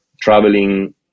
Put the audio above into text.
Traveling